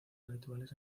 habituales